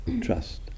Trust